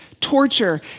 torture